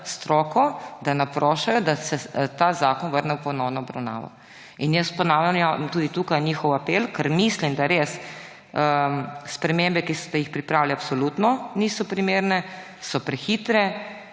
stroko, naprošajo, da se ta zakon vrne v ponovno obravnavo. Ponavljam tudi tukaj njihov apel, ker mislim, da res spremembe, ki ste jih pripravili, absolutno niso primerne, so prehitre